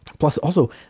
plus, also,